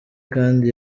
kandi